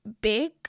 big